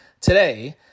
today